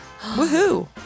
Woohoo